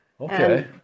Okay